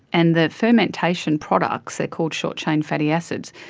and the fermentation products, they're called short chain fatty acids,